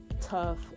tough